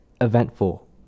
eventful